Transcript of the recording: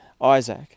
Isaac